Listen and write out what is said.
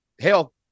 Hell